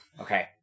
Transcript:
Okay